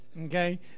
Okay